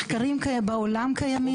מחקרים בעולם קיימים.